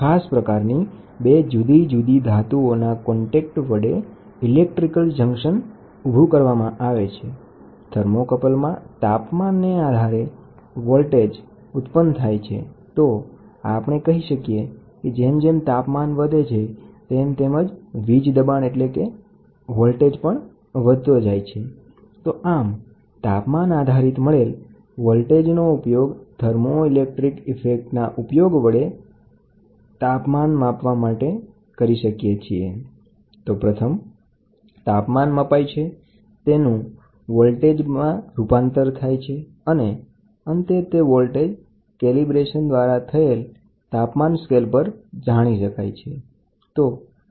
તો પ્રથમ તાપમાન મપાય છે પછી તાપમાનનું વોલ્ટેજમાં રૂપાંતર થાય છે અને અંતે વોલ્ટેજના કેલિબ્રેશન દ્વારા આપણે તાપમાન જાણી શકીએ છીએ